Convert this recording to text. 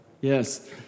Yes